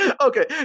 Okay